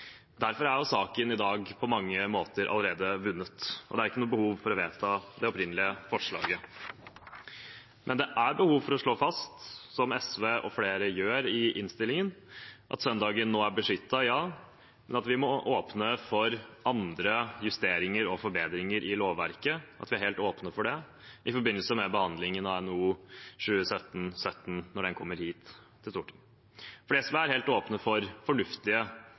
Derfor er saken i dag på mange måter allerede vunnet, og det er ikke noe behov for å vedta det opprinnelige forslaget. Men det er behov for å slå fast – som SV og flere andre gjør i innstillingen – at søndagen nå er beskyttet, ja, men at vi må åpne for andre justeringer og forbedringer i lovverket, og at vi er helt åpne for det i forbindelse med behandlingen av NOU 2017:17, når den kommer hit til Stortinget. SV er helt åpne for fornuftige